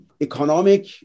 economic